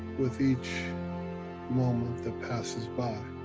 with each moment that passes by.